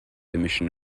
emission